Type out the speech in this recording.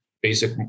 basic